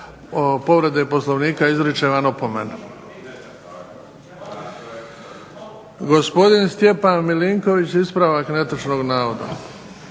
povrede Poslovnika izričem vam opomenu. Gospodin Stjepan Milinković, ispravak netočnog navoda.